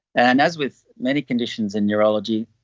and as with many conditions in neurology,